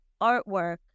artwork